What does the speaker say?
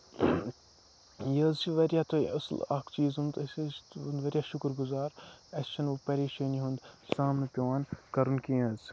یہِ حظ چھُ واریاہ تۄہہِ اَصٕل اکھ چیٖز اوٚنمُت أسۍ حظ چھِ تُہُند واریاہ شُکُر گُزار اَسہِ چھُنہٕ پَریشٲنۍ ہُند سامنہٕ پیوان کَرُن کیٚنہہ حظ